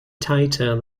tighter